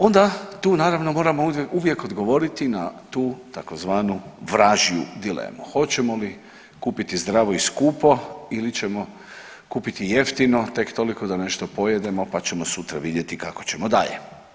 Onda tu naravno moramo uvijek odgovoriti na tu tzv. vražju dilemu, hoćemo li skupiti zdravo i skupo ili ćemo kupiti jeftino tek toliko da nešto pojedemo pa ćemo sutra vidjeti kako ćemo dalje.